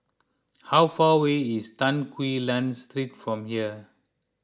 how far away is Tan Quee Lan Street from here